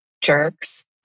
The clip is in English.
jerks